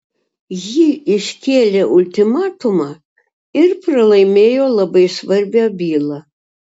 ji iškėlė ultimatumą ir pralaimėjo labai svarbią bylą